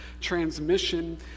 transmission